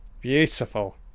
Beautiful